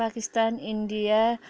Pakistan India